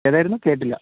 ഏതായിരുന്നു കേട്ടില്ല